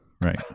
Right